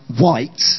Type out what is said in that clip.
white